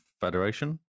Federation